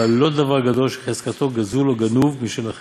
אבל לא דבר גדול שחזקתו גזול או גנוב משל אחרים.